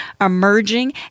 emerging